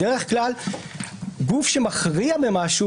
בדרך כלל גוף שמכריע במשהו,